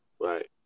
Right